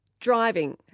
Driving